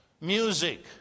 music